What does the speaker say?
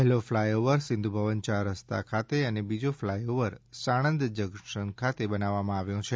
પહેલો flyover Sindhu Bhavan ચાર રસ્તા ખાતે અને બીજો ફ્લાય ઓવર સાણંદ જંકશન ખાતે બનાવવામાં આવ્યો છે